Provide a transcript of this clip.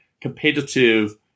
competitive